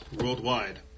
worldwide